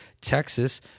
Texas